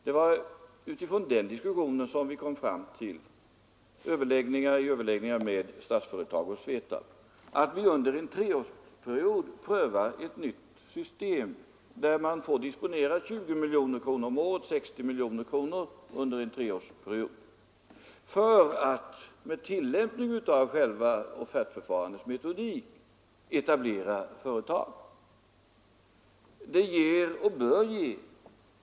Det var från den utgångspunkten som vi vid överläggningar med Statsföretag och SVETAB kom fram till att vi under en treårsperiod skulle pröva ett nytt system, som innebar att man fick disponera 20 miljoner kronor — alltså tillsammans 60 miljoner kronor — för att med tillämpning av offertförfarandets metodik etablera företag.